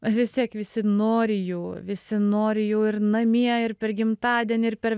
vistiek visi nori jų visi nori jų ir namie ir per gimtadienį ir per